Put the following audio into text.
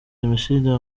génocide